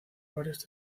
varios